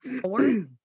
four